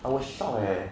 I was shocked eh